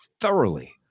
thoroughly